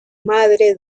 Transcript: madre